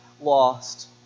lost